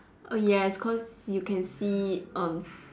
yes cause you can see um